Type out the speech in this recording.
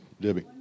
Debbie